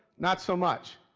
not so much.